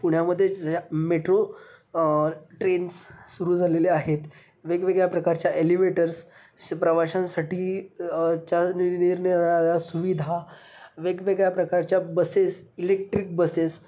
पुण्यामध्ये metro trains सुरू झालेले आहेत वेगवेगळ्या प्रकारच्या एलिवेटर्स प्रवाशांसाठी च्या नि निरनिराळ्या सुविधा वेगवेगळ्या प्रकारच्या बसेस इलेक्ट्रिक बसेस